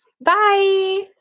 Bye